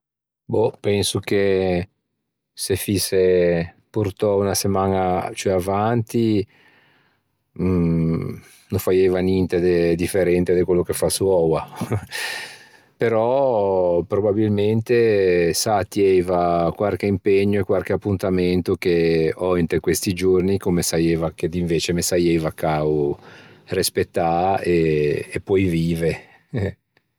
Boh penso che se foise portou unna semaña ciù avanti mmm no faieiva ninte de differente de quello che fasso oua però probabilmente sätieiva quarche impegno e quarche appuntamento che ò inte questi giornio comme che invece me saieiva cao respettâ e poei vive.